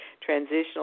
transitional